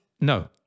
no